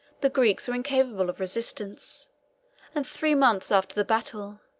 the greeks were incapable of resistance and three months after the battle,